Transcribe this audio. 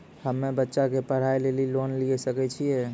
हम्मे बच्चा के पढ़ाई लेली लोन लिये सकय छियै?